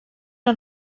una